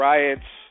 Riots